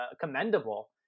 commendable